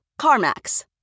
CarMax